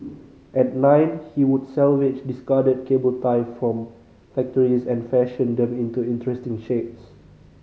at nine he would salvage discarded cable tie from factories and fashion them into interesting shapes